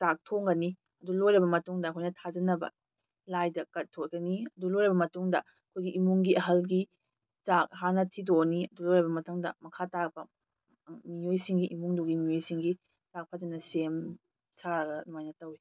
ꯆꯥꯛ ꯊꯣꯡꯒꯅꯤ ꯑꯗꯨ ꯂꯣꯏꯔꯕ ꯃꯇꯨꯡꯗ ꯑꯩꯈꯣꯏꯅ ꯊꯥꯖꯅꯕ ꯂꯥꯏꯗ ꯀꯠꯊꯣꯛꯀꯅꯤ ꯑꯗꯨ ꯂꯣꯏꯔꯕ ꯃꯇꯨꯡꯗ ꯑꯩꯈꯣꯏꯒꯤ ꯏꯃꯨꯡꯒꯤ ꯑꯍꯜꯒꯤ ꯆꯥꯛ ꯍꯥꯟꯅ ꯊꯤꯗꯣꯛꯑꯅꯤ ꯑꯗꯨ ꯂꯣꯏꯔꯕ ꯃꯇꯨꯡꯗ ꯃꯈꯥ ꯇꯥꯔꯛꯄ ꯃꯤꯑꯣꯏꯁꯤꯡꯒꯤ ꯏꯃꯨꯡꯗꯨꯒꯤ ꯃꯤꯑꯣꯏꯁꯤꯡꯒꯤ ꯆꯥꯛ ꯐꯖꯟꯅ ꯁꯦꯝ ꯁꯥꯔꯒ ꯑꯗꯨꯃꯥꯏꯅ ꯇꯧꯏ